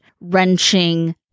wrenching